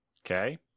Okay